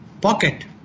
pocket